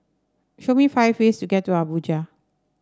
show me five ways to get to Abuja